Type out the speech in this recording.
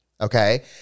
Okay